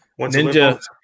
Ninja